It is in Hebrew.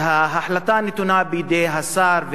ההחלטה נתונה בידי השר,